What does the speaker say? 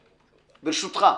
ברשותך.